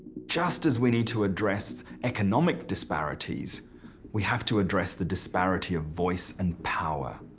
just as we need to address economic disparities we have to address the disparity of voice and power.